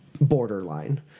borderline